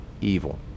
evil